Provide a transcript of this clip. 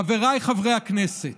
חבריי חברי הכנסת,